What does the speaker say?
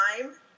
time